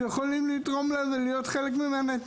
שיכולים לתרום לה ולהיות חלק ממנה,